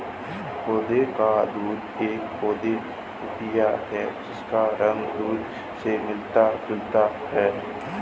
पौधे का दूध एक पौधा पेय है जिसका रंग दूध से मिलता जुलता है